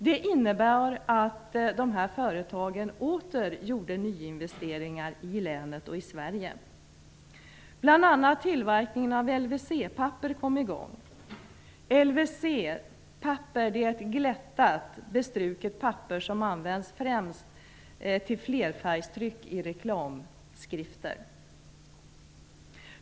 Det innebar att de här företagen åter gjorde nyinvesteringar i länet och i Sverige. Bl.a. papper är ett glättat, bestruket papper som används främst till flerfärgstryck i reklamskrifter.